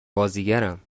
بازیگرم